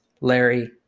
Larry